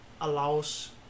allows